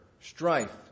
strife